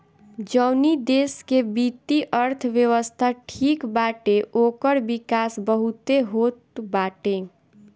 जवनी देस के वित्तीय अर्थव्यवस्था ठीक बाटे ओकर विकास बहुते होत बाटे